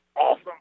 awesome